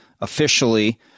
officially